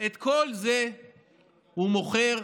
את כל זה הוא מוכר?